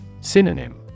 Synonym